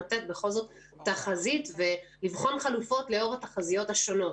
לתת בכל זאת תחזית ולבחון חלופות לאור התחזיות השונות.